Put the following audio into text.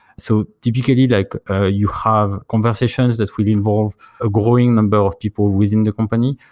so typically, like ah you have conversations that will involve a growing number of people within the company.